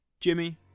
jimmy